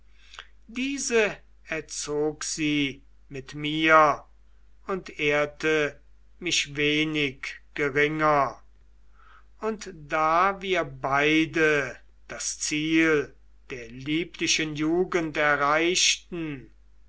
diese erzog sie mit mir und ehrte mich wenig geringer und da wir beide das ziel der lieblichen jugend erreichten